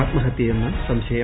ആത്മഹത്യയെന്ന് സംശയം